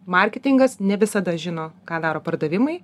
marketingas ne visada žino ką daro pardavimai